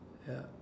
ya